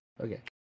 okay